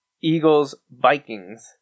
Eagles-Vikings